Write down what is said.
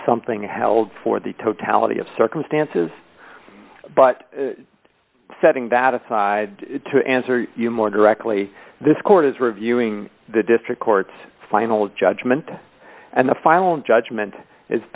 something held for the totality of circumstances but setting that aside to answer you more directly this court is reviewing the district court's final judgment and the final judgment is